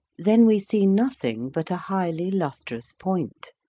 then we see nothing but a highly lustrous point